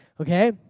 Okay